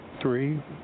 three